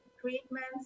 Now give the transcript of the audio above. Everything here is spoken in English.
treatments